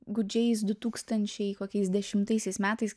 gūdžiais du tūkstančiai kokiais dešimtaisiais metais